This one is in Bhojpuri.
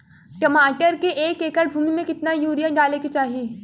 टमाटर के एक एकड़ भूमि मे कितना यूरिया डाले के चाही?